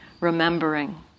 remembering